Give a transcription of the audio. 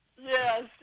Yes